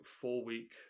four-week